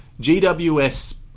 GWS